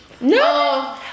No